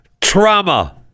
trauma